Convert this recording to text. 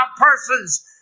persons